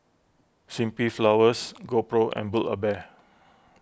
Simply Flowers GoPro and Build A Bear